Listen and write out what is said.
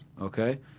Okay